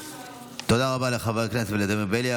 תודה רבה לחבר הכנסת ולדימיר בליאק.